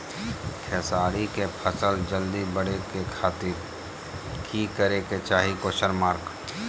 खेसारी के फसल जल्दी बड़े के खातिर की करे के चाही?